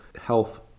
health